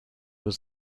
was